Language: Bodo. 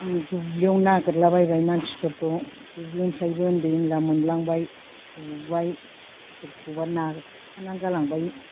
दुब्लियाव नागिरला बायबाय मानसिफोरखौ दुब्लिनिफ्रायबो उन्दै ओनला मोनलांबाय बुबाय सोरखौबा नारखानानै गालांबाय